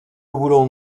voulons